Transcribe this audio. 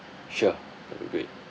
sure that'd be great